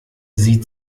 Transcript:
sieh